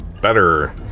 better